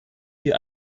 sie